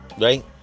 right